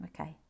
Okay